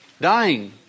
dying